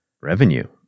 revenue